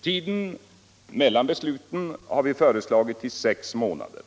Tiden mellan besluten har vi föreslagit till sex månader.